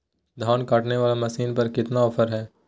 धान काटने वाला मसीन पर कितना ऑफर हाय?